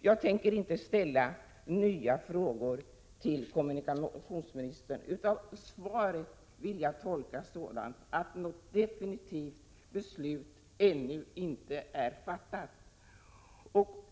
Jag tänker inte ställa nya frågor till kommunikationsministern i detta ämne. Svaret vill jag tolka så att något definitivt beslut ännu inte är fattat.